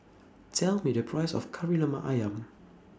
Tell Me The Price of Kari Lemak Ayam